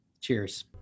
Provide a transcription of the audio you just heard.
cheers